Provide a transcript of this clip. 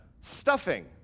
stuffing